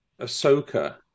Ahsoka